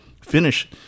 finish –